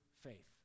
faith